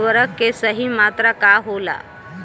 उर्वरक के सही मात्रा का होला?